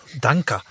Danke